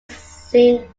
seem